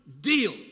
deal